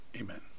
Amen